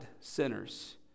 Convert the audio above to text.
sinners